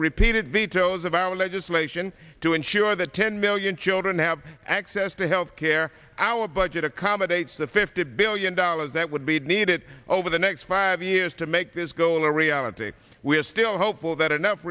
repeated vetoes of our legislation to ensure that ten million children have access to health care our budget accommodates the fifty billion dollars that would be needed over the next five years to make this goal a reality we are still hopeful that enough